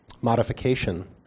modification